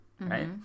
right